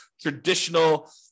traditional